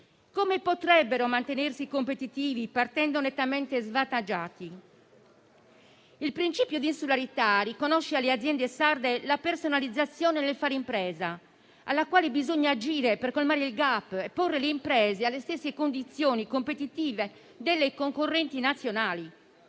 Come potrebbero mantenersi competitive, partendo nettamente svantaggiate? Il principio di insularità riconosce alle aziende sarde la penalizzazione nel fare impresa, sulla quale bisogna agire per colmare il *gap* e porre le imprese nelle stesse condizioni competitive delle concorrenti nazionali;